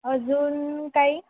अजून काही